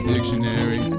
Dictionary